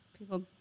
People